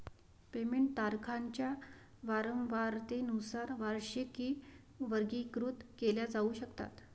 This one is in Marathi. पेमेंट तारखांच्या वारंवारतेनुसार वार्षिकी वर्गीकृत केल्या जाऊ शकतात